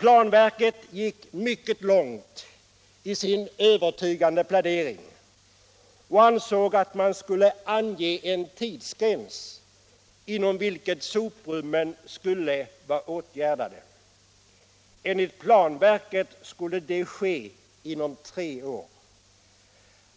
Planverket gick mycket långt i sin övertygande plädering och ansåg att man skulle ange en tidsgräns inom vilken soprummen skulle vara åtgärdade. Enligt planverket skulle det ske inom tre år.